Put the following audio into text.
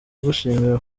gushimira